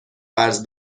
قرض